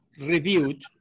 reviewed